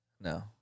No